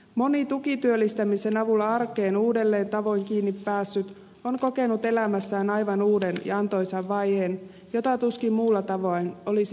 moni tukityöllistämisen avulla arkeen uudella tavoin kiinni päässyt on kokenut elämässään aivan uuden ja antoisan vaiheen jota tuskin muulla tavoin olisi saatu aikaiseksi